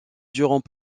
durant